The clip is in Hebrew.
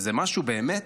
זה משהו באמת,